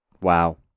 Wow